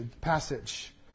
passage